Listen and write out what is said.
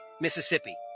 Mississippi